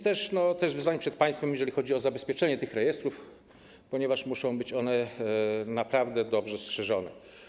To też wyzwanie przed państwem, jeżeli chodzi o zabezpieczenie tych rejestrów, ponieważ muszą być one naprawdę dobrze strzeżone.